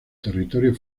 territorio